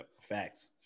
Facts